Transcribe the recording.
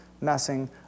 messing